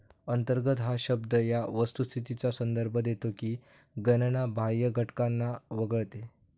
अंतर्गत हा शब्द या वस्तुस्थितीचा संदर्भ देतो की गणना बाह्य घटकांना वगळते